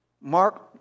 Mark